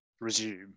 resume